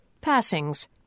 passings